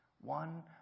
One